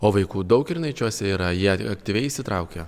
o vaikų daug kirnaičiuose yra jie aktyviai įsitraukia